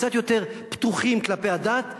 קצת יותר פתוחים כלפי הדת,